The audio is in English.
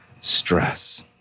stress